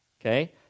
Okay